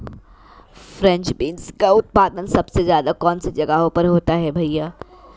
French beans का उत्पादन सबसे ज़्यादा कौन से जगहों पर होता है भैया?